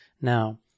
Now